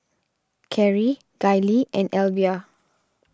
Carri Gayle and Elvia